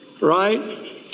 right